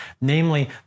namely